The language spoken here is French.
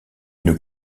une